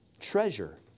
treasure